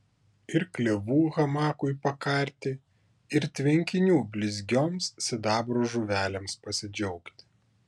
ir klevų hamakui pakarti ir tvenkinių blizgioms sidabro žuvelėms pasidžiaugti